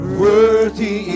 worthy